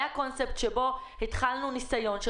היה קונספט שבו התחלנו ניסיון של